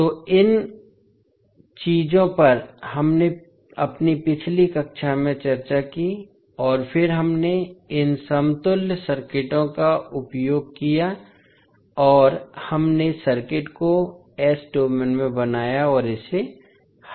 तोइन चीजों पर हमने अपनी पिछली कक्षा में चर्चा की और फिर हमने इन समतुल्य सर्किटों का उपयोग किया और हमने सर्किट को डोमेन में बनाया और इसे हल किया